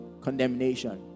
condemnation